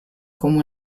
come